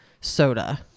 soda